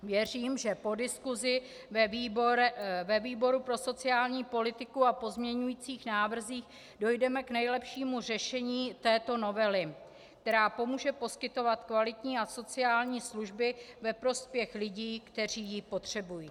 Věřím, že po diskusi ve výboru pro sociální politiku a pozměňujících návrzích dojdeme k nejlepšímu řešení této novely, která pomůže poskytovat kvalitní a sociální služby ve prospěch lidí, kteří ji potřebují.